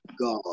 God